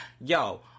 yo